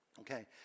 Okay